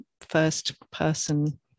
first-person